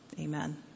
Amen